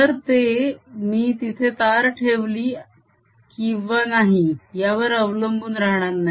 तर ते मी तिथे तार ठेवली किंवा नाही यावर अवलंबून राहणार नाही